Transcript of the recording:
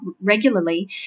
regularly